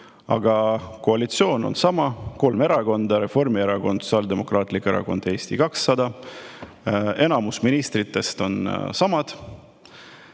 aga koalitsioon on sama, kolm erakonda – Reformierakond, Sotsiaaldemokraatlik Erakond, Eesti 200 –, enamus ministritest on samad.